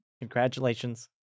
Congratulations